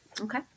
Okay